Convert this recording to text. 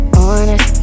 honest